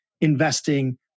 investing